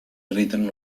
written